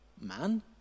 Man